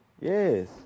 Yes